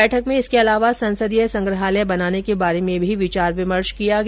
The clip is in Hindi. बैठक में इसके अलावा संसदीय संग्रहालय बनाने के बारे में भी विचार विमर्श किया गया